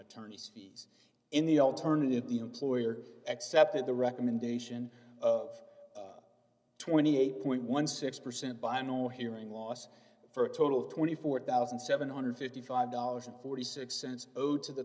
attorney's fees in the alternative the employer accepted the recommendation of twenty eight point one six percent by no hearing loss for a total of twenty four thousand seven hundred and fifty five dollars forty six cents owed to the